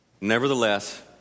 Nevertheless